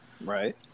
Right